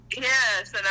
Yes